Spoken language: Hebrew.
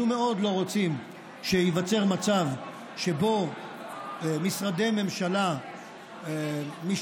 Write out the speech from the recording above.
אנחנו מאוד לא רוצים שייווצר מצב שבו משרדי ממשלה משתמשים